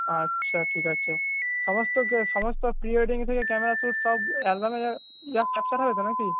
আচ্ছা ঠিক আছে সমস্ত সমস্ত প্রি ওয়েডিং থেকে ক্যামেরা শ্যুট সব অ্যালবামে ক্যাপচার হবে তো নাকি